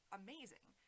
amazing